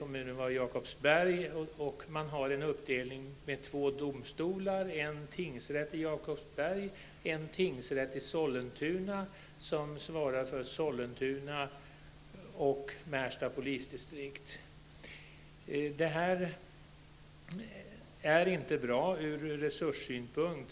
Man har en uppdelning på två domstolar, med en tingsrätt i Jakobsberg och en tingsrätt i Sollentuna, som svarar för Sollentuna och Märsta polisdistrikt. Detta är inte bra från resurssynpunkt.